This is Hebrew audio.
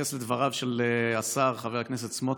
ולהתייחס לדבריו של השר, חבר הכנסת סמוטריץ'.